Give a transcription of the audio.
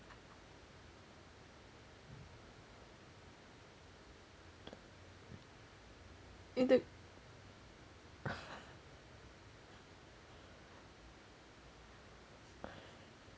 in the